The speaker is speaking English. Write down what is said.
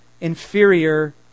inferior